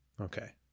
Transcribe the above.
Okay